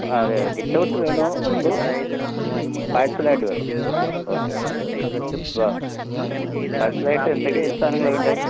അതെ വിത്തൗട്ട് വേണോ അതോ പാഴ്സലായിട്ട് വേണോ ഓക്കെ ഓക്കെ ആ പാഴ്സലായിട്ട് എന്തൊക്കെ സാധനങ്ങളാണ് വേണ്ടത്